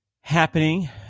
happening